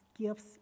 gifts